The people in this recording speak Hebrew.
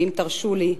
ואם תרשו לי: